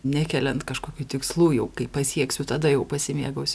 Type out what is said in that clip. nekeliant kažkokių tikslų jau kai pasieksiu tada jau pasimėgausiu